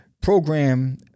program